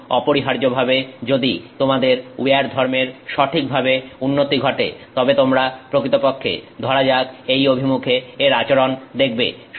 এবং অপরিহার্যভাবে যদি তোমাদের উইয়ার ধর্মের সঠিকভাবে উন্নতি ঘটে তবে তোমরা প্রকৃতপক্ষে ধরা যাক এই অভিমুখে এর আচরণ দেখবে